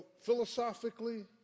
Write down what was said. philosophically